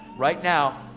right now,